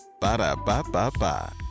Ba-da-ba-ba-ba